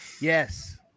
Yes